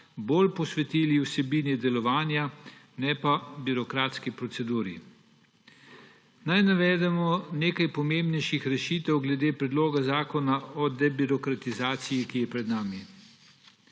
bolj posvetili vsebini delovanja, ne pa birokratski proceduri. Naj navedemo nekaj pomembnejših rešitev glede Predloga zakona o debirokratizaciji, ki je pred nami.